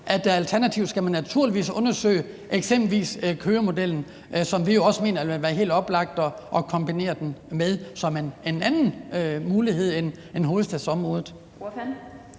naturligvis alternativt skal undersøge eksempelvis Køgemodellen, som vi jo også mener det vil være helt oplagt at kombinere det med som en anden mulighed end hovedstadsområdet.